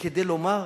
כדי לומר: